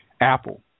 apple